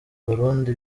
abarundi